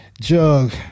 Jug